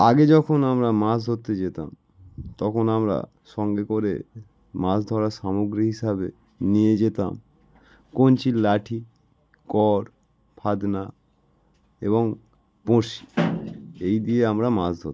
আগে যখন আমরা মাছ ধরতে যেতাম তখন আমরা সঙ্গে করে মাছ ধরার সামগ্রী হিসাবে নিয়ে যেতাম কঞ্চির লাঠি কর্ড ফাতনা এবং বঁড়শি এই দিয়ে আমরা মাছ ধরতাম